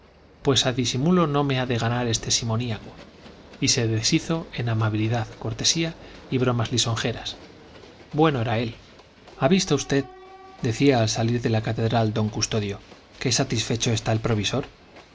pues a disimulo no me ha de ganar este simoníaco y se deshizo en amabilidad cortesía y bromas lisonjeras bueno era él ha visto usted decía al salir de la catedral don custodio qué satisfecho está el provisor